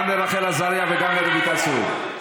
גם רחל עזריה וגם רויטל סויד.